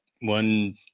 one